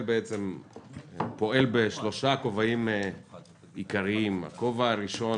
פועל בשלושה כובעים עיקריים: הכובע הראשון